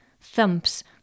Thumps